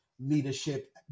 leadership